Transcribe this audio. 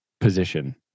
position